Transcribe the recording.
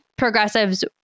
progressives